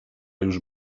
już